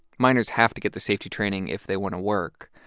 miners have to get the safety training if they want to work.